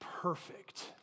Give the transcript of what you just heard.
perfect